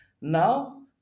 now